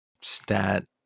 stat